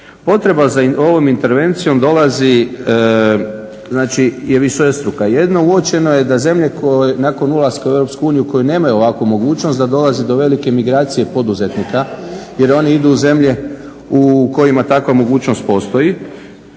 Potreba za ovom intervencijom dolazi je višestruka. Jedno, uočeno je da zemlje nakon ulaska u Europsku uniju koje nemaju ovakvu mogućnost da dolazi do velike migracije poduzetnika jer oni idu u zemlje u kojima takva mogućnost postoji.